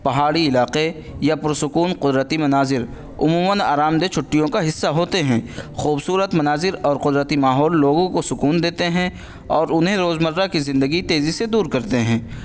پہاڑی علاقے یا پرسکون قدرتی مناظر عموماً آرامدہ چھٹیوں کا حصہ ہوتے ہیں خوبصورت مناظر اور قدرتی ماحول لوگوں کو سکون دیتے ہیں اور انہیں روزمرہ کی زندگی تیزی سے دور کرتے ہیں